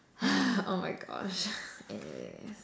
orh my gosh anyways